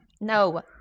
No